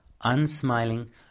unsmiling